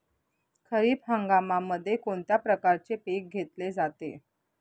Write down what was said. खरीप हंगामामध्ये कोणत्या प्रकारचे पीक घेतले जाते?